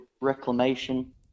Reclamation